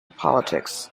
politics